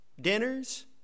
dinners